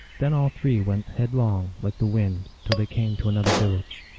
then all three went headlong, like the wind, till they came to an other village.